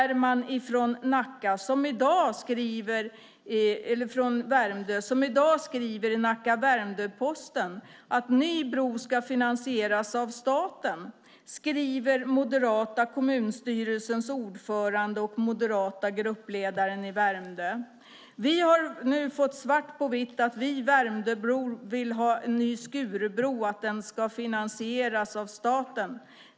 I dag skriver moderata kommunstyrelsens ordförande och moderata gruppledaren i Värmdö i Nacka Värmdö Posten att en ny bro ska finansieras av staten: "Vi har nu fått svart på vitt att vi värmdöbor vill ha en ny Skurubro och att den ska finansieras av staten.